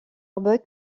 buck